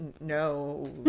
no